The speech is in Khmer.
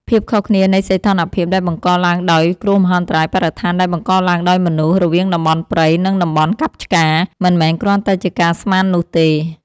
ភាពខុសគ្នានៃសីតុណ្ហភាពដែលបង្កឡើងដោយ គ្រោះមហន្តរាយបរិស្ថានដែលបង្កឡើងដោយមនុស្ស រវាងតំបន់ព្រៃ និងតំបន់កាប់ឆ្ការ មិនមែនគ្រាន់តែជាការស្មាននោះទេ។